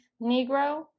Negro